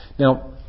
Now